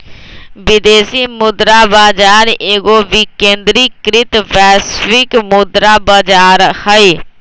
विदेशी मुद्रा बाजार एगो विकेंद्रीकृत वैश्विक मुद्रा बजार हइ